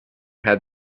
had